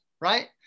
right